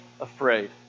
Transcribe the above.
afraid